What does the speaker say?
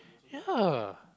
yea